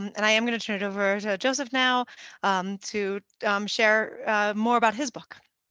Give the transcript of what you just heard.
and i am going to turn it over to joseph now to um share more about his book.